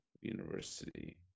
University